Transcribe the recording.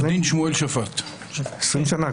20 שנה.